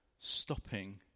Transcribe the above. stopping